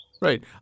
Right